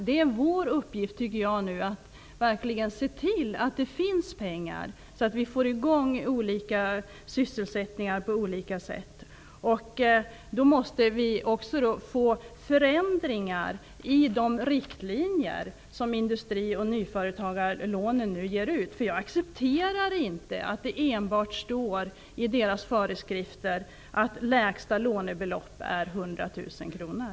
Jag tycker att det är vår uppgift att se till att det verkligen finns pengar så att vi får i gång sysselsättningar på olika sätt. Då måste vi också få förändringar i de riktlinjer som Industri och nyföretagarfonden nu ger ut. Jag accepterar inte att det enbart står i deras föreskrifter att lägsta lånebelopp är 100 000 kronor.